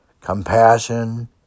compassion